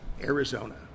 Arizona